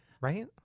Right